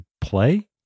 play